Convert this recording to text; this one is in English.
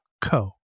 co